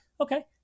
okay